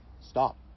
stop